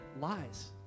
lies